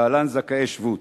להלן: זכאי שבות,